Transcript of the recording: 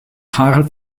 karl